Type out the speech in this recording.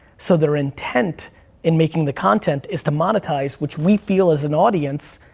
so their intent in making the content is to monetize, which we feel as an audience,